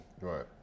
Right